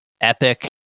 epic